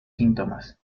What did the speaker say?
síntomas